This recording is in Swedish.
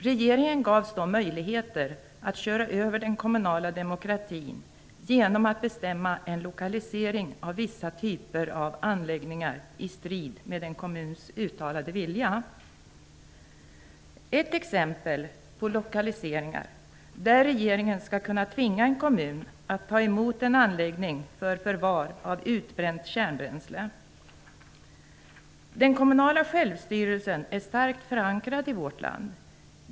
Regeringen gavs då möjligheter att köra över den kommunala demokratin genom att bestämma om lokalisering av vissa typer av anläggningar i strid med en kommuns uttalade vilja. Ett exempel på lokalisering som regeringen skall kunna tvinga en kommun att ta emot är anläggning för förvar av utbränt kärnbränsle. Den kommunala självstyrelsen är starkt förankrad i vårt land.